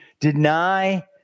deny